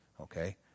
okay